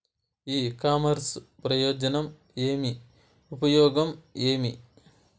ఇ commerce ప్రయోజనం ఏమి? ఉపయోగం ఏమి?